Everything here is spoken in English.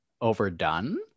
overdone